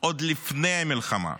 עוד לפני המלחמה.